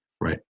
Right